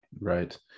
Right